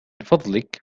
فضلك